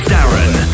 Darren